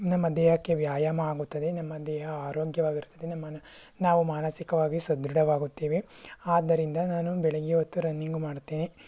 ನಮ್ಮ ದೇಹಕ್ಕೆ ವ್ಯಾಯಾಮ ಆಗುತ್ತದೆ ನಮ್ಮ ದೇಹ ಆರೋಗ್ಯವಾಗಿರುತ್ತದೆ ನಮ್ಮ ನಾವು ಮಾನಸಿಕವಾಗಿ ಸದೃಢವಾಗುತ್ತೇವೆ ಆದ್ದರಿಂದ ನಾನು ಬೆಳಗ್ಗೆ ಹೊತ್ತು ರನ್ನಿಂಗ್ ಮಾಡುತ್ತೇನೆ